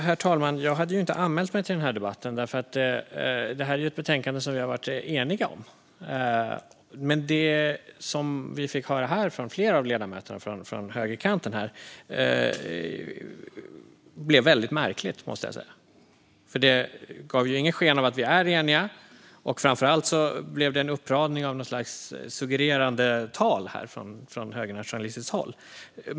Herr talman! Jag hade inte anmält mig till debatten, för detta är ett betänkande som vi har varit eniga om. Det vi fick höra från flera av ledamöterna på högerkanten här var dock väldigt märkligt, måste jag säga. Man gav inget sken av att vi är eniga, och framför allt blev det en uppradning av något slags suggererande tal från högernationalistiskt håll.